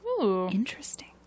Interesting